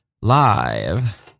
live